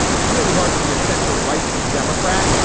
it's really hard to be a center right democrat,